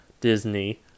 Disney